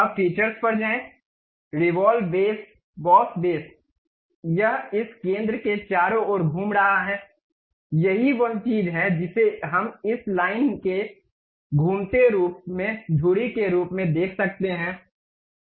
अब फीचर्स पर जाएं रेवॉल्व बॉस बेस यह इस केंद्र के चारों ओर घूम रहा है यही वह चीज है जिसे हम इस लाइन के घूमते रूप में धुरी के रूप में देख सकते हैं